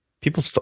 People